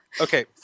Okay